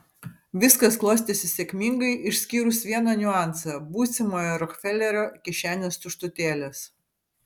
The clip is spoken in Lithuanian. viskas klostėsi sėkmingai išskyrus vieną niuansą būsimojo rokfelerio kišenės tuštutėlės